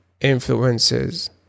influences